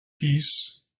peace